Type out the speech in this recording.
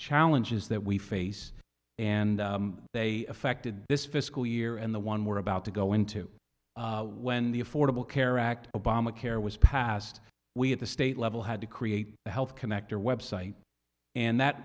challenges that we face and they affected this fiscal year and the one we're about to go into when the affordable care act obamacare was passed we at the state level had to create the health connector website and that